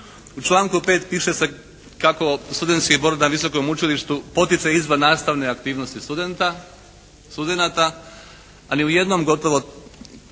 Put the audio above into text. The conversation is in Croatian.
U članku 5. piše se kako studentski zbor na visokom učilištu potiče izvannastavne aktivnosti studenta, studenata. A ni u jednom gotovo